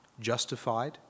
justified